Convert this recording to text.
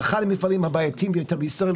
זה אחד המפעלים הבעייתיים ביותר בישראל.